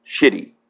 shitty